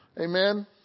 Amen